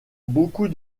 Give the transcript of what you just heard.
beaucoup